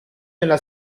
nella